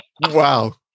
wow